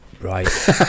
Right